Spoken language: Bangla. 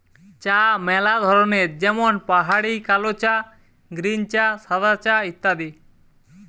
চা ম্যালা ধরনের যেমন পাহাড়ি কালো চা, গ্রীন চা, সাদা চা ইত্যাদি